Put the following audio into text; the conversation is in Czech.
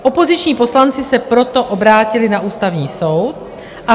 Opoziční poslanci se proto obrátili na Ústavní soud